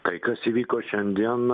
tai kas įvyko šiandien